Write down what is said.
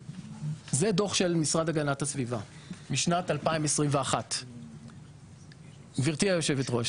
זה דו"ח של משרד הגנת הסביבה משנת 2021. גברתי יושבת הראש,